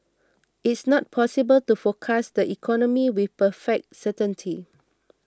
it's not possible to forecast the economy with perfect certainty